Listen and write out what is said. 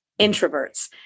introverts